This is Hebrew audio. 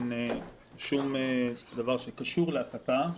אין שום דבר שקשור להסתה,